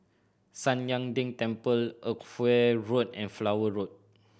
San Lian Deng Temple Edgware Road and Flower Road